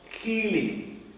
healing